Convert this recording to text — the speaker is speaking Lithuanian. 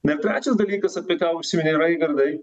na ir trečias dalykas apie ką užsiminei raigardai